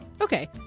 Okay